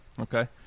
Okay